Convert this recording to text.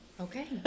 Okay